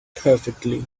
perfectly